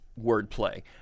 wordplay